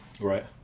right